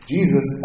Jesus